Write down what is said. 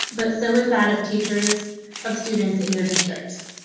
but so is that of teachers of students in your district.